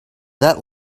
that